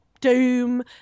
Doom